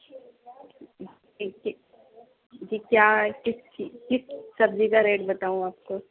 یہ کیا کس چیز کس سبزی کا ریٹ بتاؤں آپ کو